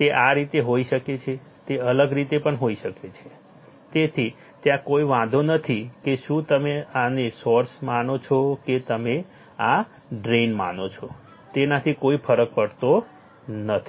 તે આ રીતે હોઈ શકે છે તે અલગ રીતે પણ હોઈ શકે છે તેથી ત્યાં કોઈ વાંધો નથી કે શું તમે આને સોર્સ માનો છો કે તમે આ ડ્રેઇન માનો છો તેનાથી કોઈ ફરક પડતો નથી